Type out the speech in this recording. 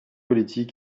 politique